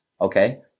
okay